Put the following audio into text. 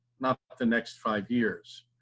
not the next five years.